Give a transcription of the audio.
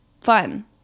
fun